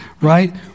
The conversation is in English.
right